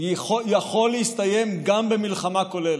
הוא יכול להסתיים גם במלחמה כוללת.